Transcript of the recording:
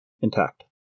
intact